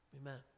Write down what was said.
Amen